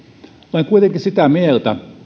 olen kuitenkin sitä mieltä